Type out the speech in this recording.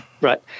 Right